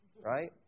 Right